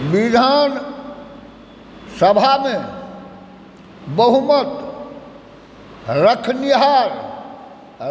विधानसभामे बहुमत रखनिहार